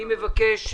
אני מבקש,